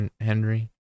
Henry